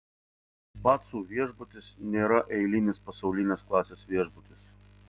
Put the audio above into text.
pacų viešbutis nėra eilinis pasaulinės klasės viešbutis